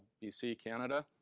bc, canada.